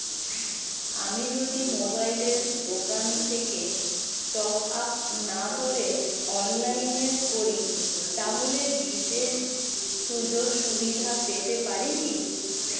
আমি যদি মোবাইলের দোকান থেকে টপআপ না ভরে অনলাইনে করি তাহলে বিশেষ সুযোগসুবিধা পেতে পারি কি?